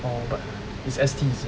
oh but is S T is it